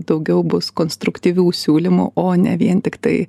daugiau bus konstruktyvių siūlymų o ne vien tiktai